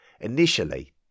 initially